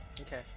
okay